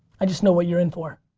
i just know what you're in for.